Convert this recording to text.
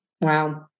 Wow